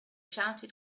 shouted